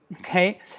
okay